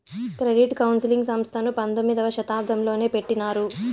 credit counselling సంస్థను పంతొమ్మిదవ శతాబ్దంలోనే పెట్టినారు